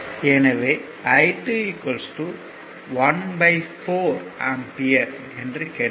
எனவே I2 14 ampere என கிடைக்கும்